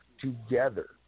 together